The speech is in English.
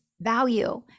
value